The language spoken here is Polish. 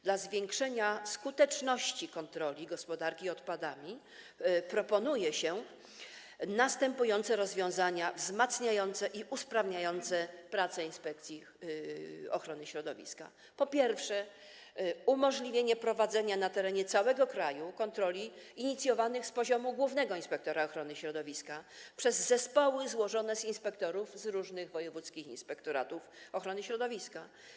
Dla zwiększenia skuteczności kontroli gospodarki odpadami proponuje się następujące rozwiązania wzmacniające i usprawniające prace Inspekcji Ochrony Środowiska: po pierwsze, umożliwienie prowadzenia na terenie całego kraju kontroli inicjowanych z poziomu głównego inspektora ochrony środowiska, przez zespoły złożone z inspektorów z różnych wojewódzkich, inspektoratów ochrony środowiska.